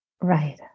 Right